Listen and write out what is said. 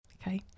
Okay